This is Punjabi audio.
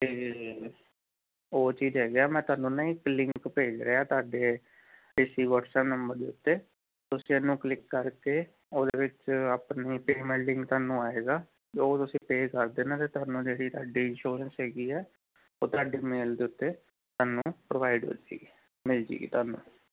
ਅਤੇ ਉਹ ਚੀਜ਼ ਹੈਗੀ ਆ ਮੈਂ ਤੁਹਾਨੂੰ ਨਾ ਇੱਕ ਲਿੰਕ ਭੇਜ ਰਿਹਾ ਤੁਹਾਡੇ ਇਸੀ ਵਟਸਅਪ ਨੰਬਰ ਦੇ ਉੱਤੇ ਤੁਸੀਂ ਉਹਨੂੰ ਕਲਿੱਕ ਕਰਕੇ ਉਹਦੇ ਵਿੱਚ ਆਪਣੀ ਪੇਮੈਂਟ ਲਿੰਕ ਤੁਹਾਨੂੰ ਆਏਗਾ ਅਤੇ ਉਹ ਤੁਸੀਂ ਪੇ ਕਰਨਾ ਅਤੇ ਤੁਹਾਨੂੰ ਜਿਹੜੀ ਤੁਹਾਡੀ ਇੰਸ਼ੋਰੈਂਸ ਹੈਗੀ ਆ ਉਹ ਤੁਹਾਡੀ ਮੇਲ ਦੇ ਉੱਤੇ ਤੁਹਾਨੂੰ ਪ੍ਰੋਵਾਈਡ ਹੋ ਜੇਗੀ ਮਿਲ ਜੇਗੀ ਤੁਹਾਨੂੰ